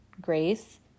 grace